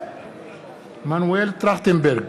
מנואל טרכטנברג,